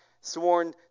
sworn